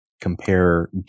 compare